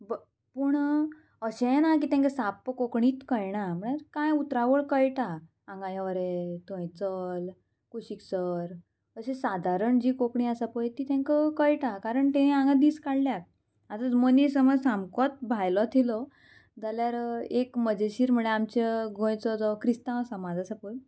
पूण अशेंय ना की तेंका साप्प कोंकणीच कळना म्हळ्यार कांय उतरावळ कळटा हांगा यो रे थंय चल कुशीक सर अशी सादारण जी कोंकणी आसा पय ती तेंका कळटा कारण तेणीं हांगा दीस काडल्यात आतां मनीस समज सामकोच भायलो दिलो जाल्यार एक मजेशीर म्हळ्यार आमच्या गोंयचो जो क्रिस्तांव समाज आसा पय